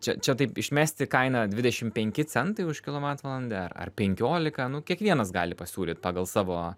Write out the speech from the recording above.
čia čia taip išmesti kainą dvidešim penki centai už kilovatvalandę ar ar penkiolika nu kiekvienas gali pasiūlyt pagal savo